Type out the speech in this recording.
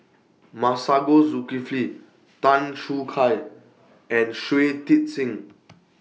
Masagos Zulkifli Tan Choo Kai and Shui Tit Sing